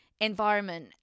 environment